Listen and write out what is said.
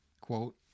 quote